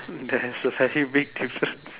there's a very big difference